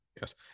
yes